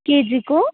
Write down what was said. केजीको